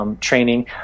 training